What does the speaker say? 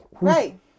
Right